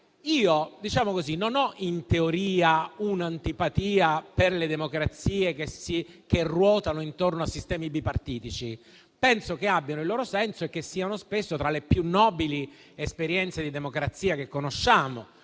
la verità: in teoria non ho antipatia per le democrazie che ruotano intorno a sistemi bipartitici; penso che abbiano il loro senso e siano spesso tra le più nobili esperienze di democrazia che conosciamo